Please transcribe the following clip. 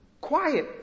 quiet